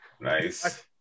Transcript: Nice